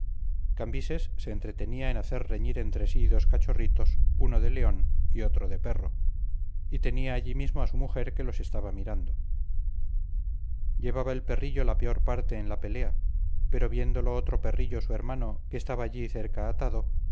cambises se entretenía en hacer reñir entre sí dos cachorritos uno de león y otro de perro y tenía allí mismo a su mujer que los estaba mirando llevaba el perrillo la peor parte en la pelea pero viéndolo otro perrillo su hermano que estaba allí cerca atado